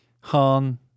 han